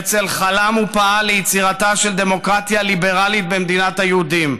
הרצל חלם ופעל ליצירתה של דמוקרטיה ליברלית במדינת היהודים,